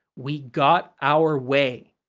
we got our way.